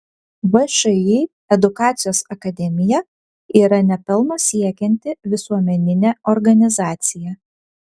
všį edukacijos akademija yra ne pelno siekianti visuomeninė organizacija